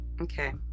Okay